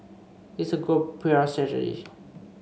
it's a good P R strategy